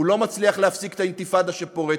הוא לא מצליח להפסיק את האינתיפאדה שפורצת,